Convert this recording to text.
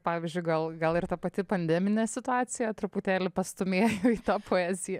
pavyzdžiui gal gal ir ta pati pandeminė situacija truputėlį pastūmėjo į tą poeziją